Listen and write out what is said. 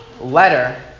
Letter